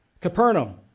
Capernaum